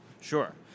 Sure